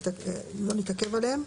לפי הסכם הביניים,